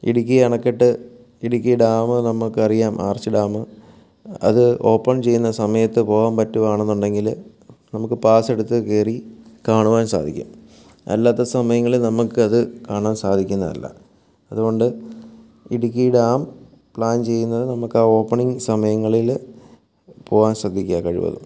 ഇടുക്കി അണക്കെട്ട് ഇടുക്കി ഡാം നമുക്ക് അറിയാം ആർച്ച് ഡാം അത് ഓപ്പൺ ചെയ്യുന്ന സമയത്ത് പോകാൻ പറ്റുകയാണെന്നുണ്ടെങ്കിൽ നമുക്ക് പാസ്സെടുത്ത് കയറി കാണുവാൻ സാധിക്കും അല്ലാത്ത സമയങ്ങളിൽ നമുക്കത് കാണാൻ സാധിക്കുന്നതല്ല അതുകൊണ്ട് ഇടുക്കി ഡാം പ്ലാൻ ചെയ്യുന്നത് നമുക്കാ ഓപ്പണിങ് സമയങ്ങളിൽ പോകാൻ ശ്രദ്ധിക്കുക കഴിവതും